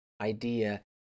idea